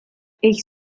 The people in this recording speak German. ich